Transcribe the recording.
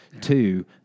Two